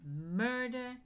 murder